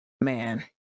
man